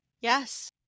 Yes